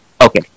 okay